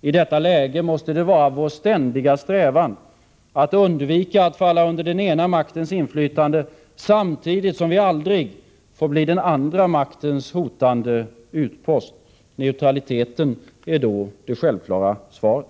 I detta läge måste det vara vår ständiga strävan att undvika att falla under den ena maktens inflytande, samtidigt som vi aldrig får bli den andra maktens hotande utpost. Neutraliteten är då det självklara svaret.